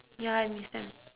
ya I understand